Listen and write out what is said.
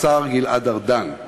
לשר גלעד ארדן.